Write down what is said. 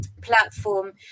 platform